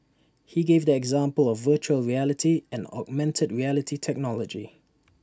he gave the example of Virtual Reality and augmented reality technology